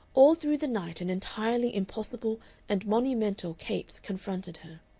all through the night an entirely impossible and monumental capes confronted her,